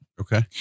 Okay